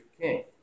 king